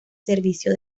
servicio